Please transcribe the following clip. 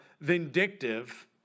vindictive